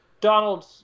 Donald